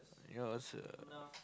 ya sia